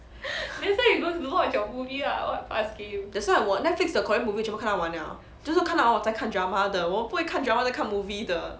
that's why 我 Netflix 的 korean movie 我全部看到完了就是看到完我才看 drama 的我不会看 drama 再看 movie 的